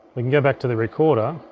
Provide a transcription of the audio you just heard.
we can go back to the recorder,